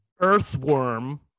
Earthworm